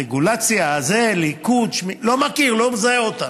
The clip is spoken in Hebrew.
הרגולציה, הזה, ליכוד, לא מכיר, לא מזהה אותה,